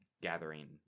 gathering